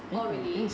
oh really